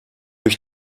ich